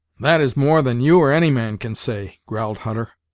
that is more than you or any man can say, growled hutter.